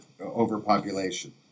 overpopulation